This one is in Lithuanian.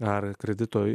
ar kredito